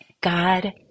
God